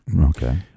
Okay